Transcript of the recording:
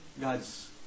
God's